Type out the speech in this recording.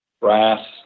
brass